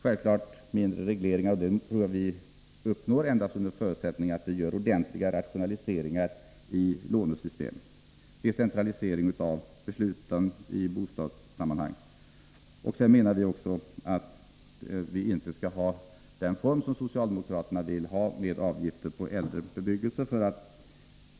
Jag tror att vi uppnår mindre reglering endast under förutsättning att vi gör ordentliga rationaliseringar i lånesystemet, t.ex. genom decentralisering av besluten i bostadssammanhang. Den form av avgifter på äldre bebyggelse som socialdemokraterna föreslår vill vi inte ha.